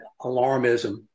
alarmism